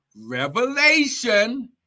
revelation